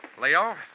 Leo